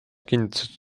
kinnitas